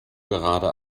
gerade